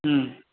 હમ